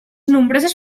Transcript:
nombroses